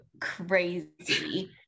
Crazy